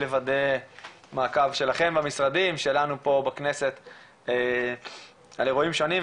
לוודא מעקב שלכם במשרדים ושלנו פה בכנסת על אירועים שונים.